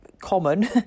common